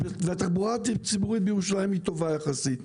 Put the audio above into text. והתחבורה הציבורית בירושלים היא טובה יחסית.